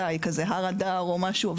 למשל הר אדר או משהו.